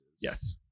yes